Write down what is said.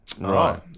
Right